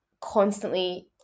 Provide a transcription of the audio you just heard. constantly